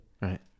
right